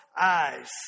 eyes